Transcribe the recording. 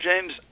James